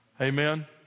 Amen